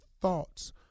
thoughts